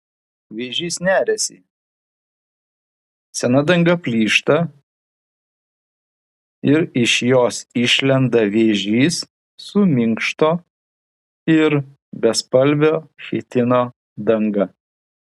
vėžys neriasi sena danga plyšta ir iš jos išlenda vėžys su minkšto ir bespalvio chitino danga